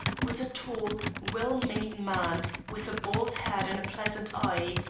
was a tall, well-made man, with a bald head and a pleasant eye,